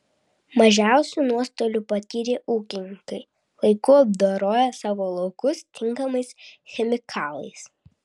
mažiausių nuostolių patyrė ūkininkai laiku apdoroję savo laukus tinkamais chemikalais